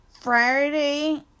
Friday